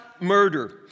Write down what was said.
murder